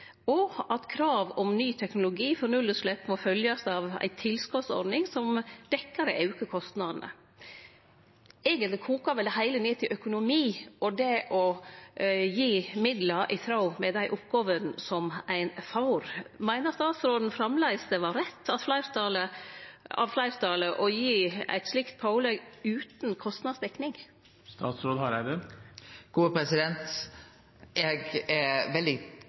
og at krav om ny teknologi for nullutslepp må følgjast av ei tilskotsordning som dekkjer dei auka kostnadene. Eigentleg kokar vel det heile ned til økonomi og det å gi midlar i tråd med dei oppgåvene som ein får. Meiner statsråden framleis at det var rett av fleirtalet å gi eit slikt pålegg utan kostnadsdekning? Eg er veldig glad for dei klimaløysingane som fylka har valt. Det ville ha vore veldig